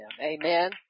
amen